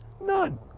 None